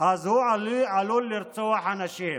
אז הוא עלול לרצוח אנשים.